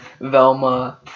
velma